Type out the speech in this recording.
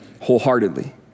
wholeheartedly